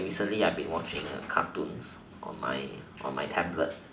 like recently I've been watching cartoons on my on my tablet